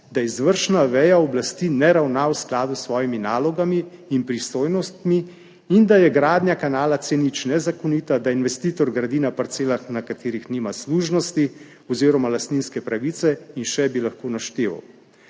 da izvršna veja oblasti ne ravna v skladu s svojimi nalogami in pristojnostmi in da je gradnja kanala C0 nezakonita, da investitor gradi na parcelah, na katerih nima služnosti oziroma lastninske pravice in še bi lahko našteval.